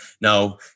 Now